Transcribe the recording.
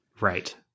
right